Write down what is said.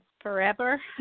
forever